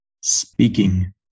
SPEAKING